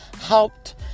helped